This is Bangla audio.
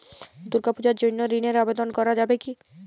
দুর্গাপূজার জন্য ঋণের আবেদন করা যাবে কি?